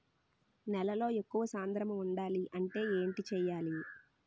నేలలో ఎక్కువ సాంద్రము వుండాలి అంటే ఏంటి చేయాలి?